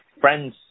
friends